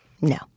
No